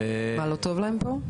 לא טוב להם פה?